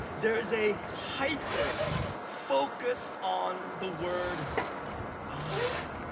there is a hyper focus on the word i.